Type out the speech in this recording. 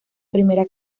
primera